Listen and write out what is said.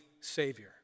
Savior